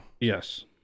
Yes